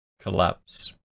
collapse